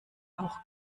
auch